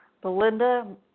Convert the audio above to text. Belinda